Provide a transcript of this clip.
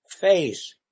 face